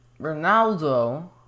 Ronaldo